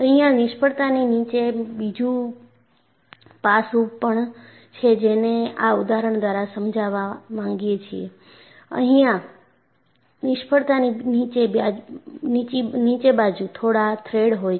અહીંયા નિષ્ફળતાની નીચે બાજુ થોડા થ્રેડ હોય છે